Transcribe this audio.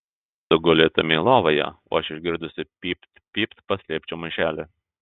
tu gulėtumei lovoje o aš išgirdusi pypt pypt paslėpčiau maišelį